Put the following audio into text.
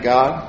God